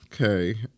Okay